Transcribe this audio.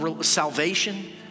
salvation